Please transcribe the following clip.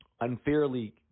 unfairly